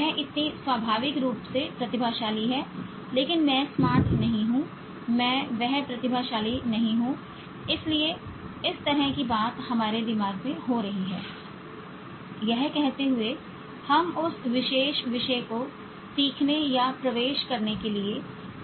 वह इतनी स्वाभाविक रूप से प्रतिभाशाली है लेकिन मैं वह स्मार्ट नहीं हूं मैं वह प्रतिभाशाली नहीं हूं इसलिए इस तरह की बात हमारे दिमाग में हो रही है यह कहते हुए कि हम उस विशेष विषय को सीखने या प्रवेश करने के लिए